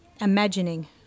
imagining